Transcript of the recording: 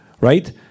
right